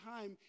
time